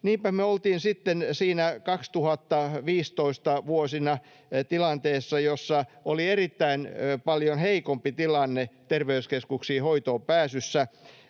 Niinpä me oltiin sitten siinä vuosina 2015 tilanteessa, jossa oli erittäin paljon heikompi tilanne terveyskeskuksiin hoitoonpääsyssä.